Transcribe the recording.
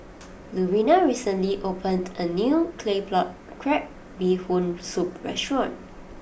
Lurena recently opened a new Claypot Crab Bee Hoon Soup restaurant